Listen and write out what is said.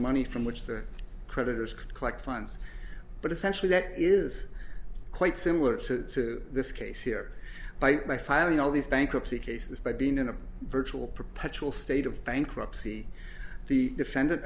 money from which the creditors could collect funds but essentially that is quite similar to this case here by by filing all these bankruptcy cases by being in a virtual perpetual state of bankruptcy the defendant